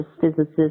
physicists